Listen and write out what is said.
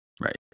Right